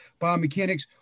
biomechanics